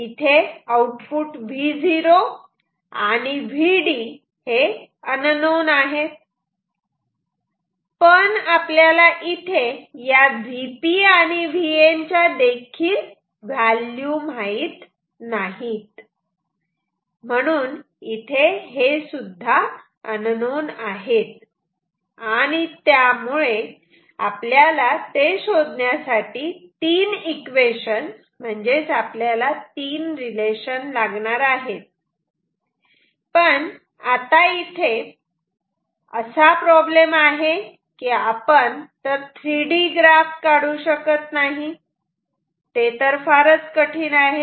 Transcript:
आता इथे output Vo आणि Vd हे अननोन आहेत पण आपल्याला इथे या Vp आणि Vn च्या देखील माहित नाही म्हणून इथे हे सुद्धा अननोन आहेत आणि त्यामुळे आपल्याला ते शोधण्यासाठी तीन इक्वेशन म्हणजेच आपल्याला तीन रिलेशन लागणार आहेत पण आता इथे असा प्रॉब्लेम आहे की आपण तर 3D ग्राफ काढू शकत नाही ते तर फारच कठीण आहे